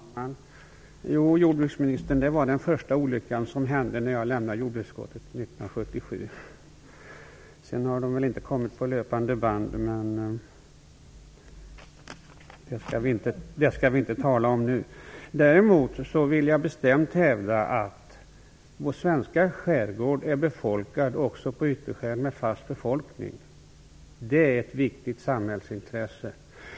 Herr talman! Att förslaget stoppades i jordbruksutskottet var den första olyckan som hände när jag lämnade utskottet 1977, jordbruksministern. Sedan har dessa förslag inte kommit på löpande band, men det skall vi inte tala om nu. Däremot vill jag bestämt hävda att det är ett viktigt samhällsintresse, att vår svenska skärgård också i ytterskärgården har en fast befolkning.